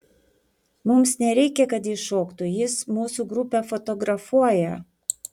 mums nereikia kad jis šoktų jis mūsų grupę fotografuoja